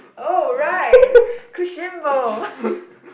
oh right Kuishin-Bo